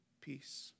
peace